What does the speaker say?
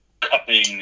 cupping